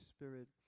Spirit